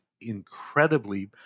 incredibly